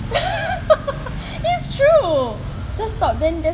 it's true just stop then